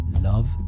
love